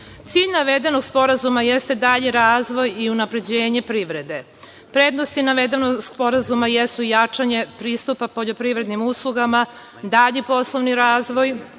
Cilj navedenog sporazuma jeste dalji razvoj i unapređenje privrede. Prednosti navedenog sporazuma jesu jačanje pristupa poljoprivrednim uslugama, dalji poslovni razvoj,